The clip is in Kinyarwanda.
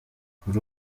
kuri